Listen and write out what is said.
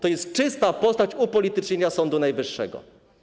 To jest czysta postać upolitycznienia Sądu Najwyższego.